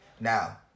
Now